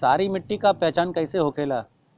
सारी मिट्टी का पहचान कैसे होखेला?